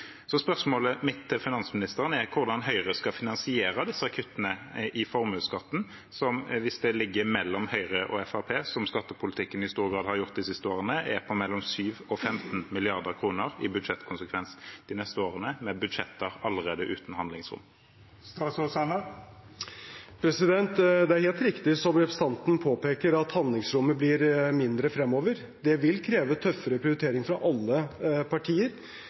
Spørsmålet mitt til finansministeren er hvordan Høyre skal finansiere disse kuttene i formuesskatten – hvis kuttene ligger mellom Høyres og Fremskrittspartiets skattepolitikk, som skattepolitikken i stor grad har gjort de siste årene – på mellom 7 mrd. kr og 15 mrd. kr i budsjettkonsekvens de neste årene, med budsjetter som allerede er uten handlingsrom. Det er helt riktig, som representanten påpeker, at handlingsrommet blir mindre fremover. Det vil kreve tøffere prioriteringer fra alle partier,